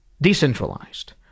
decentralized